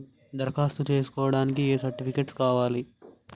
దరఖాస్తు చేస్కోవడానికి ఏ సర్టిఫికేట్స్ కావాలి?